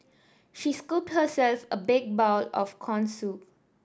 she scooped herself a big bowl of corn soup